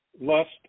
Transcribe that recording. lust